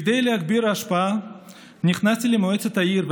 כדי להגביר את ההשפעה נכנסתי למועצת העיר,